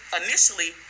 initially